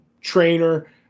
trainer